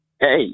hey